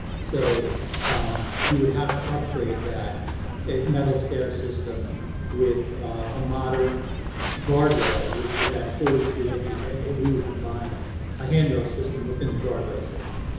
so um you would have to upgrade that metal stair system with a modern guardrail which is at forty two inches and and we would combine a handrail system within the guardrail system.